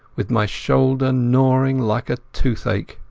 with my shoulder gnawing like a toothache.